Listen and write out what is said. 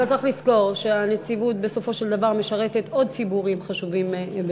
אבל צריך לזכור שהנציבות בסופו של דבר משרתת עוד ציבורים חשובים בישראל.